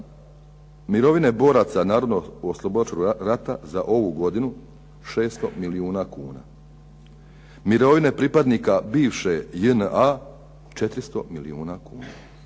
"Mirovine boraca narodnooslobodilačkog rata za ovu godinu 600 milijuna kuna. Mirovine pripadnika bivše JNA 400 milijuna kuna."